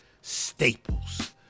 Staples